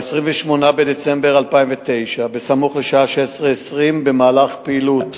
ב-28 בדצמבר 2009, סמוך לשעה 16:20, במהלך פעילות